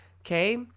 Okay